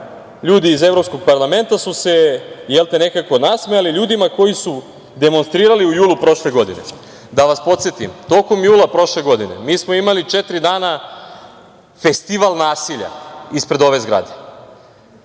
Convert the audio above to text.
ljudi iz Evropskog parlamenta nekako nasmejali ljudima koji su demonstrirali u julu prošle godine. Da vas podsetim, tokom jula prošle godine mi smo imali četiri dana festival nasilja ispred ove zgrade,